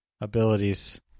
abilities